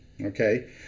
Okay